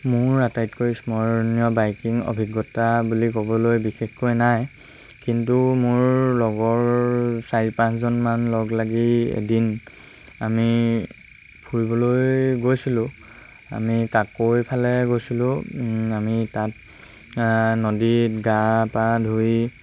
মোৰ আটাইতকৈ স্মৰণীয় বাইকিং অভিজ্ঞতা বুলি ক'বলৈ বিশেষকৈ নাই কিন্তু মোৰ লগৰ চাৰি পাঁচজনমান লগ লাগি এদিন আমি ফুৰিবলৈ গৈছিলোঁ আমি কাকৈফালে গৈছিলোঁ আমি তাত নদীত গা পা ধুই